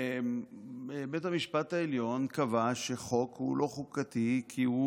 בית המשפט העליון קבע שחוק הוא לא חוקתי כי,